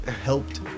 helped